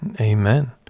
Amen